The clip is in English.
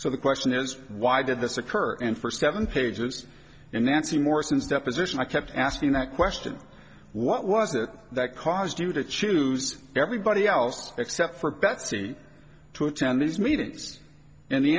so the question is why did this occur and for seven pages and nancy more since deposition i kept asking that question what was it that caused you to choose everybody else except for betsy to attend these meetings and the